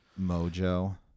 Mojo